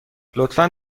لطفا